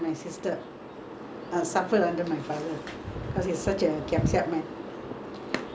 my mother is a very simple woman lah but for her husband is god